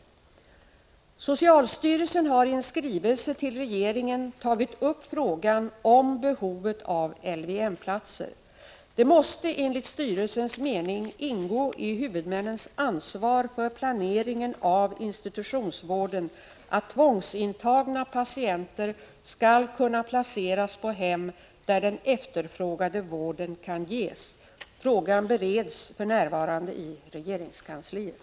Socialstyrelsen har i en skrivelse till regeringen tagit upp frågan om behovet av LVM-platser. Det måste enligt styrelsens mening ingå i huvudmännens ansvar för planeringen av institutionsvården att tvångsintagna patienter skall kunna placeras på hem där den efterfrågade vården kan ges. Frågan bereds för närvarande i regeringskansliet.